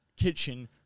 kitchen